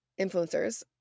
influencers